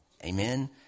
Amen